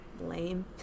lame